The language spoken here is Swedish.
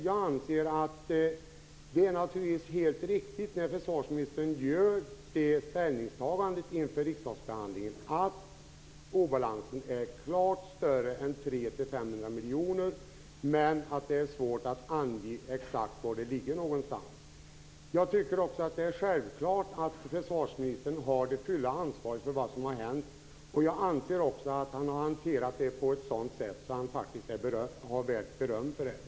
Jag anser att det är helt riktigt när försvarsministern inför riksdagsbehandlingen gör ställningstagandet att obalansen är klart större än 300-500 miljoner men att det är svårt att ange exakt var den ligger. Jag tycker också att det är självklart att försvarsministern har det fulla ansvaret för vad som har hänt. Jag anser också att han har hanterat det på ett sådant sätt att han faktiskt är värd beröm för det.